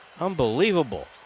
Unbelievable